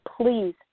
please